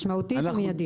משמעותית ומידית.